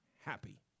happy